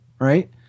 right